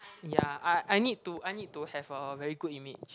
ya I I need to I need to have a very good image